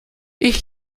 ich